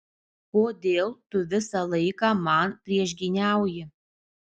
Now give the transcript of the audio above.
kodėl tu visą laiką man priešgyniauji